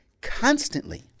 constantly